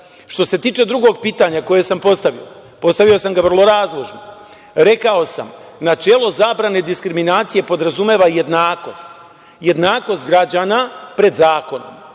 se tiče drugog pitanja koje sam postavio, postavio sam ga vrlo razložno. Rekao sam – načelo zabrane diskriminacije podrazumeva i jednakost, jednakost građana pred zakonom.